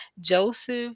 Joseph